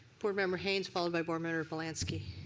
board member haynes followed by board member bielanski.